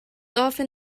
often